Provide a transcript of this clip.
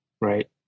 right